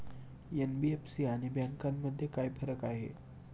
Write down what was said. NBFC आणि बँकांमध्ये काय फरक आहे?